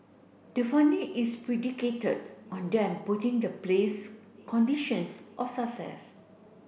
the funding is predicated on them putting the place conditions of success